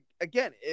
again